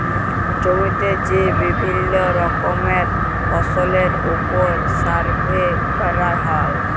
জমিতে যে বিভিল্য রকমের ফসলের ওপর সার্ভে ক্যরা হ্যয়